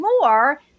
more